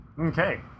Okay